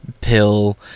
pill